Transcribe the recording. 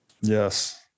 Yes